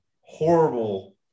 horrible